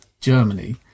Germany